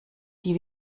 die